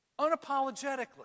unapologetically